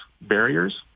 barriers